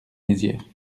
mézières